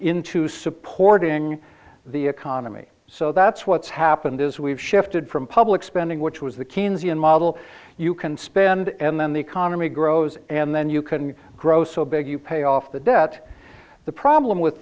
into supporting the economy so that's what's happened is we've shifted from public spending which was the kenyan model you can spend and then the economy grows and then you can grow so big you pay off the debt the problem with